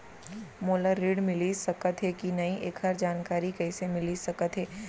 मोला ऋण मिलिस सकत हे कि नई एखर जानकारी कइसे मिलिस सकत हे?